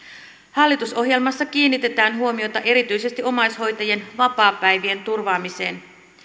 hallitusohjelmassa kiinnitetään huomiota erityisesti omaishoitajien vapaapäivien turvaamiseen